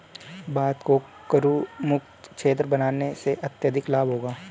भारत को करमुक्त क्षेत्र बनाने से अत्यधिक लाभ होगा